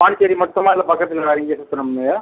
பாண்டிச்சேரி மட்டுமா இல்லை பக்கத்தில் வேறு எங்கேயும் சுற்றணுமா